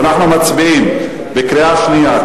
אנחנו מצביעים בקריאה שנייה,